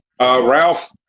Ralph